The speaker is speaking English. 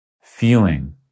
feeling